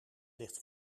ligt